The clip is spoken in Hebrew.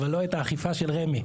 אבל לא את האכיפה של רמ"י.